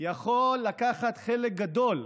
יכול לקחת חלק גדול,